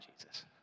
Jesus